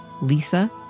Lisa